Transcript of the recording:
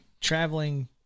traveling